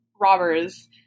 robbers